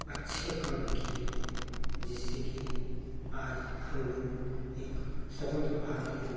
अच्छे काम किए जिससे कि आज हम लोग एक स्वतंत्र भारत के रूप में